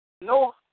no